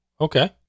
okay